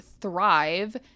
thrive